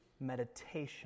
meditation